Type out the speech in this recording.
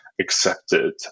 accepted